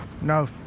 No